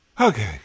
Okay